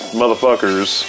motherfuckers